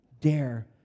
dare